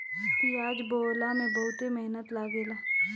पियाज बोअला में बहुते मेहनत लागेला